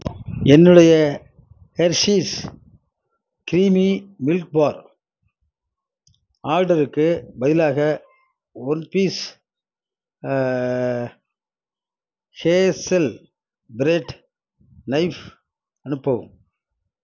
என்னுடைய Hershey's creamy milk bar ஆர்டருக்குப் பதிலாக one piece hazel bread knife அனுப்பவும்